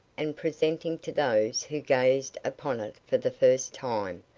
and presenting to those who gazed upon it for the first time,